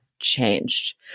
changed